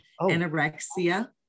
anorexia